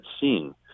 seen